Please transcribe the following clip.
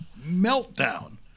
meltdown